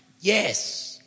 Yes